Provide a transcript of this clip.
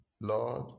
Lord